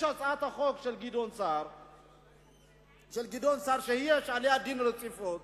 יש הצעת חוק של גדעון סער שיש עליה דין רציפות.